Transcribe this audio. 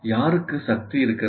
யாருக்கு சக்தி இருக்கிறது